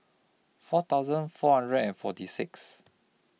four thousand four hundred and forty six